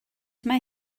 mae